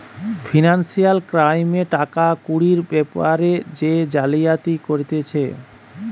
financial ক্রাইমে টাকা কুড়ির বেপারে যে জালিয়াতি করতিছে